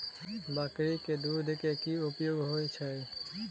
बकरी केँ दुध केँ की उपयोग होइ छै?